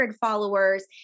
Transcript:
followers